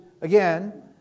again